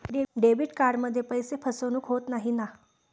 Debit कार्डमध्ये पैसे फसवणूक होत नाही ना?